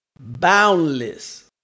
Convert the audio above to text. boundless